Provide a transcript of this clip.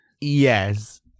Yes